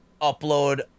upload